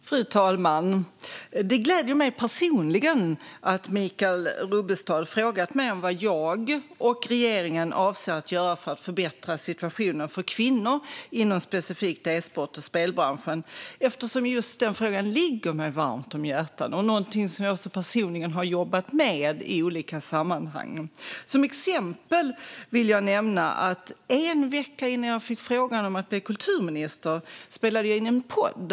Fru talman! Det gläder mig personligen att Michael Rubbestad frågar vad jag och regeringen avser att göra för att förbättra situationen för kvinnor inom specifikt e-sport och spelbranschen, eftersom just den frågan ligger mig varmt om hjärtat. Det är något som jag personligen har jobbat med i olika sammanhang. Som exempel vill jag nämna att jag en vecka innan jag fick frågan om att bli kulturminister spelade in en podd.